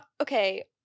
Okay